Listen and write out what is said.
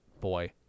Boy